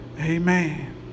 amen